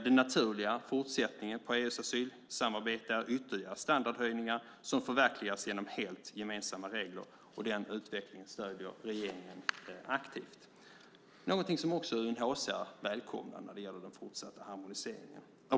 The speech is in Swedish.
Den naturliga fortsättningen på EU:s asylsamarbete är ytterligare standardhöjningar som förverkligas genom helt gemensamma regler, och den utvecklingen stöder regeringen aktivt. Det är någonting som också UNHCR välkomnar när det gäller den fortsatta harmoniseringen.